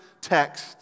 text